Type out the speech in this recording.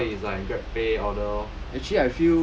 so all is like GrabPay order orh